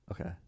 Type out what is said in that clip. Okay